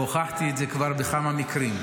והוכחתי את זה כבר בכמה מקרים.